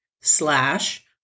slash